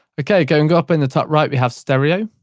okay, going up in the top right, we have stereo.